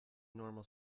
normal